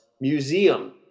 museum